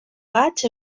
gaig